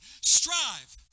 Strive